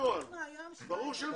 להגיע לארץ והם צריכים